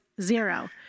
zero